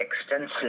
extensive